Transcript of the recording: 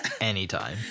anytime